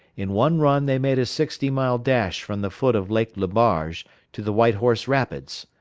in one run they made a sixty-mile dash from the foot of lake le barge to the white horse rapids.